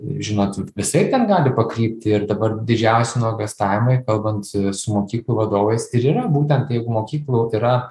žinot visaip ten gali pakrypti ir dabar didžiausi nuogąstavimai kalbant su visų mokyklų vadovais ir yra būtent tai mokyklų yra